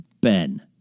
Ben